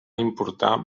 importar